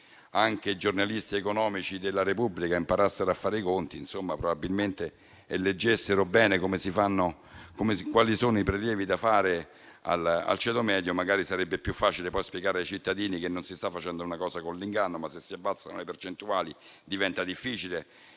anche i giornalisti economici di "la Repubblica" imparassero a fare i conti e leggessero bene quali sono i prelievi da fare al ceto medio, magari sarebbe più facile spiegare ai cittadini che non si sta facendo una misura con l'inganno e che, se si abbassano le percentuali, diventa difficile